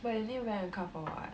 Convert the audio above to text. but you need to rent a car for what